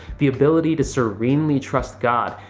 the ability to serenely trust god,